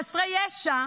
חסרי ישע,